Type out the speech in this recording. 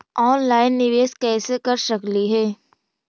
Online निबेस कैसे कर सकली हे?